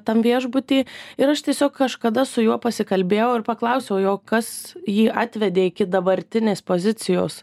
tam viešbuty ir aš tiesiog kažkada su juo pasikalbėjau ir paklausiau jo kas jį atvedė iki dabartinės pozicijos